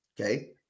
Okay